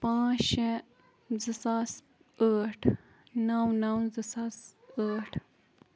پانٛژھ شےٚ زٕ ساس ٲٹھ نَو نَو زٕ ساس ٲٹھ